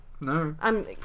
No